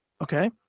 Okay